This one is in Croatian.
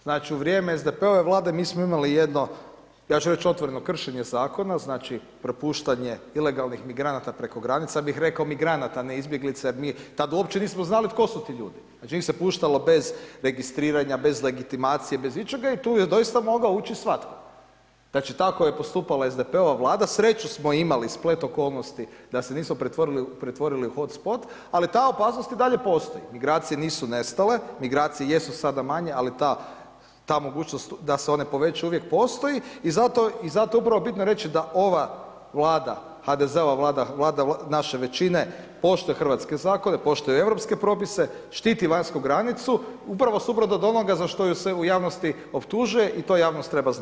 Znači, u vrijeme SDP-ove Vlade mi smo imali jedno, ja ću reći otvoreno, kršenje zakona, znači, propuštanje ilegalnih migranata preko granice, ja bih rekao migranata, ne izbjeglica jer mi tad uopće nismo znali tko su ti ljudi, znači, njih se puštalo bez registriranja, bez legitimacije, bez ičega i tu je doista mogao ući svatko, znači, tako je postupala SDP-ova Vlada, sreću smo imali, splet okolnosti da se nismo pretvorili u hot spot, ali ta opasnost i dalje postoji, migracije nisu nestale, migracije jesu sada manje, ali ta, ta mogućnost da se one povećaju uvijek postoji i zato, zato je upravo bitno reći da ova Vlada, HDZ-ova Vlada, Vlada naše većine, poštuje hrvatske zakone, poštuje europske propise, štiti vanjsku granicu, upravo suprotno od onoga za što ju se u javnosti optužuje i to javnost treba znati.